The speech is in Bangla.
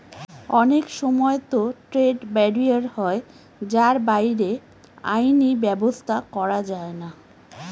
অনেক সময়তো ট্রেড ব্যারিয়ার হয় যার বাইরে আইনি ব্যাবস্থা করা যায়না